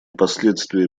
последствия